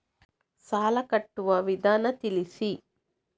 ಸಾಲ ಕಟ್ಟುವ ವಿಧಾನ ತಿಳಿಸಿ?